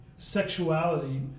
Sexuality